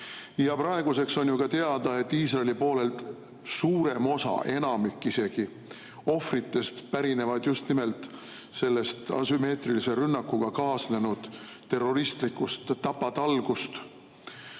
Praeguseks on ju teada, et Iisraeli poolelt suurem osa, isegi enamik ohvritest pärinevad just nimelt sellest asümmeetrilise rünnakuga kaasnenud terroristlikust tapatalgust. Minu